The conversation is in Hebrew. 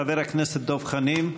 חבר הכנסת דב חנין.